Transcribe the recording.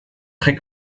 très